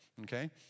okay